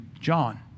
John